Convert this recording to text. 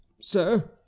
sir